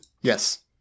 yes